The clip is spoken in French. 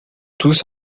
tous